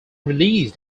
released